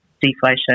deflation